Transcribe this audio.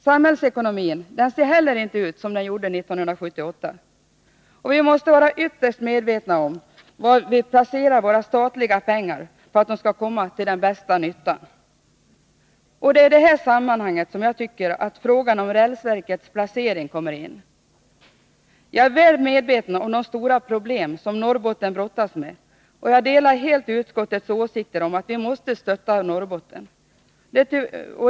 Samhällsekonomin ser heller inte ut som den gjorde 1978. Vi måste vara ytterst medvetna om var vi placerar våra statliga pengar, för att de skall komma till den bästa nyttan. Det är i detta sammanhang jag tycker att frågan om rälsverkets placering kommer in. Jag är väl medveten om de stora problem som Norrbotten brottas med och delar helt utskottets åsikter om att vi måste stötta Norrbotten.